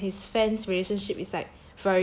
his team and his fans relationship is like